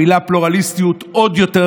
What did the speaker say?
המילה "פלורליסטיות" עוד יותר.